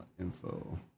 info